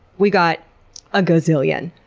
we got a gazillion.